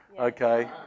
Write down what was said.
Okay